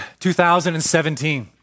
2017